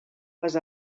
les